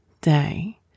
day